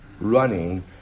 running